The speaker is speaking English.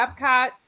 Epcot